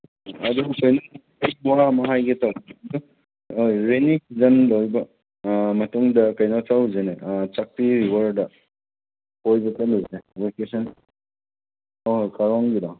ꯑꯗꯨ ꯑꯩ ꯋꯥ ꯑꯃ ꯍꯥꯏꯒꯦ ꯇꯧꯅꯤꯅꯦ ꯔꯦꯟꯅꯤ ꯁꯤꯖꯟ ꯂꯣꯏꯕ ꯃꯇꯨꯡꯗ ꯀꯩꯅꯣ ꯆꯧꯁꯤꯅꯦ ꯆꯥꯛꯄꯤ ꯔꯤꯚꯔꯗ ꯀꯣꯏꯕ ꯆꯠꯂꯨꯁꯦ ꯑꯣ ꯀꯥꯔꯣꯡꯒꯤꯗꯣ